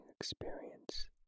experience